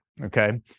Okay